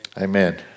amen